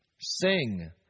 Sing